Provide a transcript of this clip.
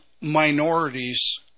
minorities